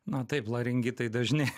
na taip laringitai dažni